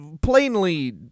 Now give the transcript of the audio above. plainly